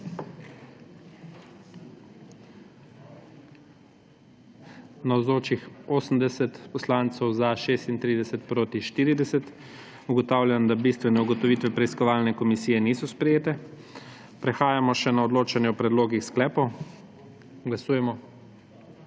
40. (Za je glasovalo 36.) (Proti 40.) Ugotavljam, da bistvene ugotovitve preiskovalne komisije niso sprejete. Prehajamo še na odločanje o predlogih sklepov. Glasujemo.